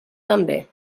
també